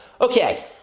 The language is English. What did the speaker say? Okay